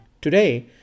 Today